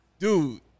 Dude